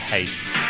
Haste